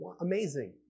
amazing